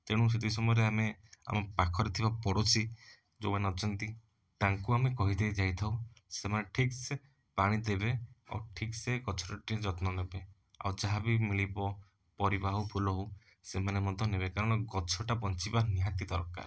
ତେଣୁ ସେତିକି ସମୟରେ ଆମେ ଆମ ପାଖରେ ଥିବା ପଡ଼ୋଶୀ ଯେଉଁମାନେ ଅଛନ୍ତି ତାଙ୍କୁ ଆମେ କହିଦେଇ ଯାଇଥାଉ ସେମାନେ ଠିକସେ ପାଣି ଦେବେ ଆଉ ଠିକସେ ଗଛର ଟିକିଏ ଯତ୍ନ ନେବେ ଆଉ ଯାହା ବି ମିଳିବ ପରିବା ହେଉ ଫୁଲ ହେଉ ସେମାନେ ମଧ୍ୟ ନେବେ କାରଣ ଗଛଟା ବଞ୍ଚିବା ନିହାତି ଦରକାର